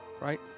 Right